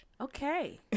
okay